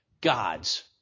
God's